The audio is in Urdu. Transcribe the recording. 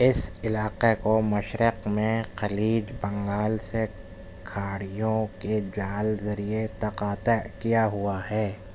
اس علاقہ کو مشرق میں خلیج بنگال سے کھاڑیوں کے جال ذریعے قطع کیا ہوا ہے